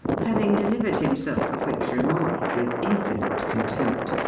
having delivered himself of which remark, with infinite contempt,